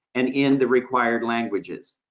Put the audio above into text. and in the required languages.